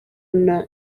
nta